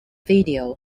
video